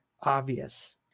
obvious